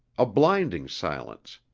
a blinding silence,